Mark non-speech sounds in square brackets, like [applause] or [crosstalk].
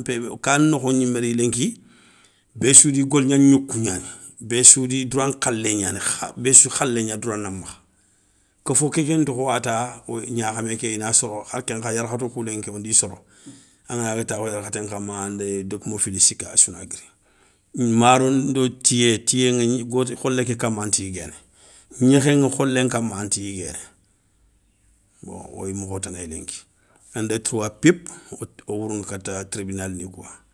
[hesitation] ka nokho gnimé ri lenki béssoudi golignan gnokou gnani, béssoudi doura nkhalé gnani, kha béssou khalé gna doura na makha. Kofo keken tokhowata, wo gnakhamé ké ina soro harkénkha yarkhato kou lenki, wondi soro, angana daga takhou yarkhatén kama ani dé dé logomo fili siki assouna guiri. Maro ndo tiyé tiyé ŋa goti kholé ké kama anta yiguéné, gnékhéŋa kholé nkama anta yiguéné, bon woyi mokho tana lenki un deux troix pip wo wourounou kata tribinal ni kouwa.